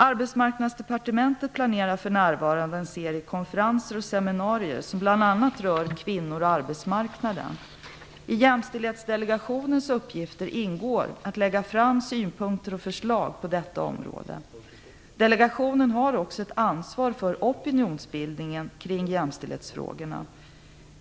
Arbetsmarknadsdepartementet planerar för närvarande en serie konferenser och seminarier, som bl.a. rör kvinnor och arbetsmarknaden. I Jämställdhetsdelegationens uppgifter ingår att lägga fram synpunkter och förslag på detta område. Delegationen har också ett ansvar för opinionsbildningen kring jämställdhetsfrågorna.